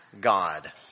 God